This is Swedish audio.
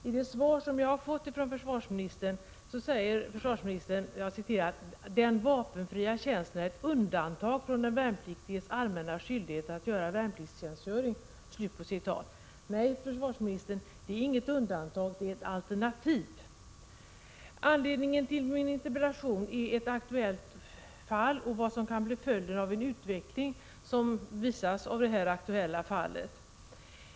I det svar jag har fått säger försvarsministern följande: ”Den vapenfria tjänsten är ett undantag från den värnpliktiges allmänna skyldighet att göra värnpliktstjänstgöring.” Nej, försvarsministern, det är inget undantag utan ett alternativ. Anledningen till min interpellation är ett aktuellt fall och vad som kan bli följden av en utveckling som visas av det aktuella fallet.